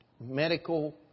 medical